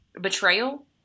Betrayal